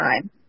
time